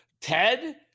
Ted